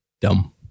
Dumb